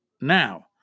now